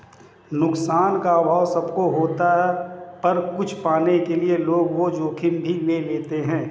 नुकसान का अभाव सब को होता पर कुछ पाने के लिए लोग वो जोखिम भी ले लेते है